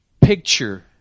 picture